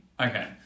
Okay